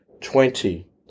twenty